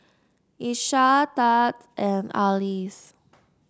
Iesha Tads and Arlis